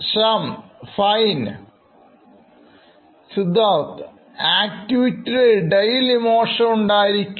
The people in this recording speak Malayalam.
Shyam ഫൈൻ Siddharth ആക്ടിവിറ്റിയുടെ ഇടയിൽ ഇമോഷൻ ഉണ്ടായിരിക്കും